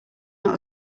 not